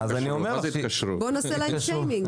בואו נעשה להם שיימינג.